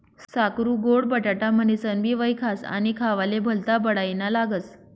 साकरु गोड बटाटा म्हनीनसनबी वयखास आणि खावाले भल्ता बडाईना लागस